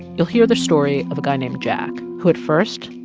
you'll hear the story of a guy named jack who at first,